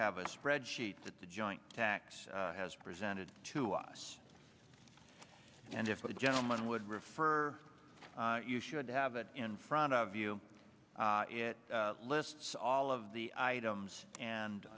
have a spreadsheet that the joint tax has presented to us and if a gentleman would refer you should have it in front of you it lists all of the items and